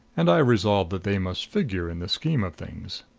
and i resolved that they must figure in the scheme of things.